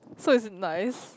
so is it nice